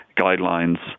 guidelines